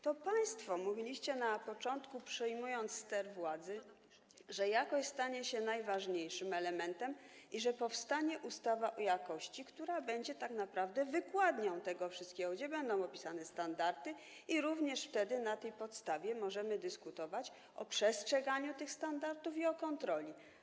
To państwo mówiliście na początku, wtedy kiedy przejmowaliście ster władzy, że jakość stanie się najważniejszym elementem i że powstanie ustawa o jakości, która będzie tak naprawdę wykładnią tego wszystkiego, gdzie będą opisane standardy, i również wtedy na tej podstawie możemy dyskutować o przestrzeganiu tych standardów i o kontroli.